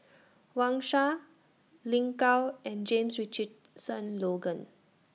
Wang Sha Lin Gao and James Richardson Logan